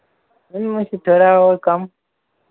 ma'am उससे थोड़ा और कम